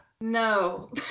no